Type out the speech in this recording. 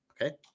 Okay